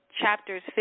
chapters